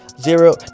Zero